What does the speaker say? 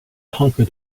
conquer